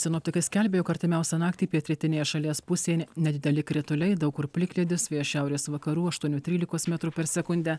sinoptikai skelbia jog artimiausią naktį pietrytinėje šalies pusėje nedideli krituliai daug kur plikledis vėjas šiaurės vakarų aštuonių trylikos metrų per sekundę